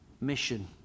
mission